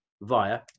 via